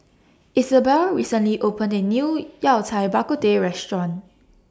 Isobel recently opened A New Yao Cai Bak Kut Teh Restaurant